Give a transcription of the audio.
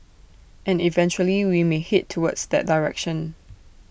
and eventually we may Head towards that direction